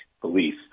police